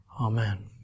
Amen